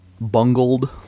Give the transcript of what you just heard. bungled